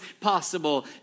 possible